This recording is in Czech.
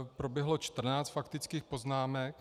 Proběhlo čtrnáct faktických poznámek.